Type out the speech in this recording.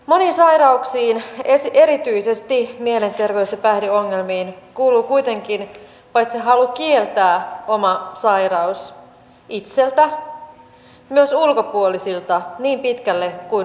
moniin sairauksiin erityisesti mielenterveys ja päihdeongelmiin kuuluu kuitenkin halu kieltää oma sairaus paitsi itseltä myös ulkopuolisilta niin pitkälle kuin on mahdollista